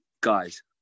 guys